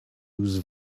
use